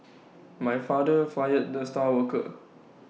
my father fired the star worker